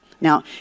Now